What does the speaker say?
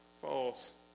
false